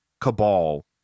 cabal